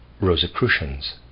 Rosicrucians